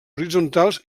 horitzontals